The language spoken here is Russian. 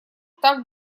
так